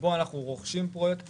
שבו אנחנו רוכשים פרויקטים,